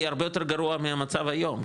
זה יהיה הרבה יותר גרוע מהמצב היום,